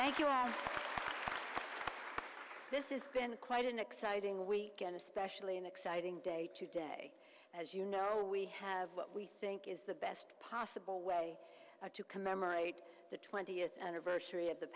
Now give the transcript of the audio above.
thank you this is quite an exciting week and especially an exciting day today as you know we have what we think is the best possible way to commemorate the twentieth anniversary of the